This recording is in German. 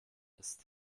ist